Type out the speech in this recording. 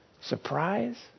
Surprise